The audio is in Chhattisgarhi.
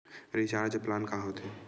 रिचार्ज प्लान का होथे?